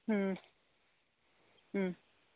ꯎꯝ ꯎꯝ